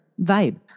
vibe